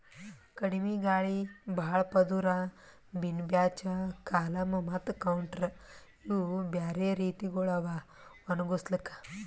ಕಡಿಮಿ ಗಾಳಿ, ಭಾಳ ಪದುರ್, ಬಿನ್ ಬ್ಯಾಚ್, ಕಾಲಮ್ ಮತ್ತ ಕೌಂಟರ್ ಇವು ಬ್ಯಾರೆ ರೀತಿಗೊಳ್ ಅವಾ ಒಣುಗುಸ್ಲುಕ್